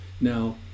Now